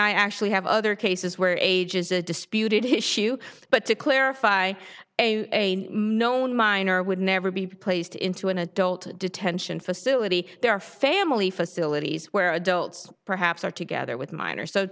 i actually have other cases where age is a disputed issue but to clarify a known minor would never be placed into an adult detention facility there are family facilities where adults perhaps are together with min